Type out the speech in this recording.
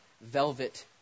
velvet